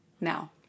Now